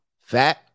fat